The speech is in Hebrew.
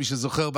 מי שזוכר.